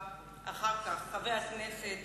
אחריו חבר הכנסת